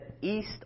east